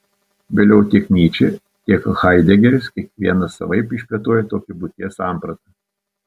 vėliau tiek nyčė tiek haidegeris kiekvienas savaip išplėtojo tokią būties sampratą